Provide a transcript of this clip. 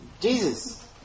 Jesus